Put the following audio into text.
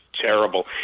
terrible